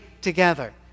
together